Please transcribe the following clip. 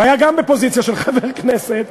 והיה גם בפוזיציה של חבר כנסת,